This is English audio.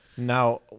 Now